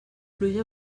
pluja